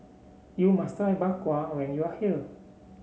you must try Bak Kwa when you are here